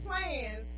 plans